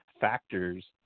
factors